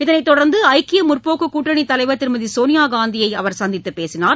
இதனைத் தொடர்ந்து ஐக்கிய முற்போக்கு கூட்டணித் தலைவர் திருமதி சோனியாகாந்தியை சந்தித்து அவர் பேசினார்